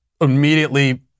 immediately